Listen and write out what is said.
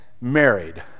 married